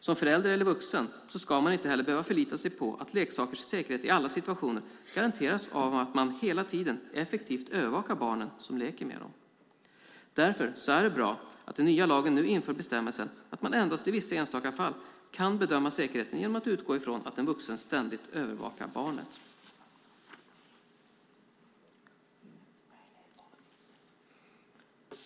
Som förälder eller vuxen ska man inte heller behöva förlita sig på att leksakers säkerhet i alla situationer garanteras av att man hela tiden effektivt övervakar barnen som leker med dem. Därför är det bra att det i den nya lagen införs en bestämmelse om att man endast i vissa enstaka fall kan bedöma säkerheten genom att utgå ifrån att en vuxen ständigt övervakar barnet.